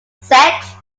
sixth